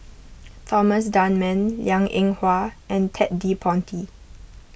Thomas Dunman Liang Eng Hwa and Ted De Ponti